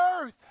earth